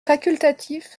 facultatif